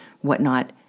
whatnot